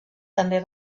també